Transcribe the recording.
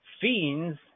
fiends